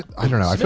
i don't know.